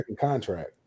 contract